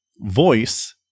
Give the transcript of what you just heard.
voice